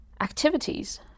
activities